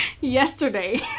yesterday